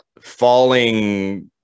falling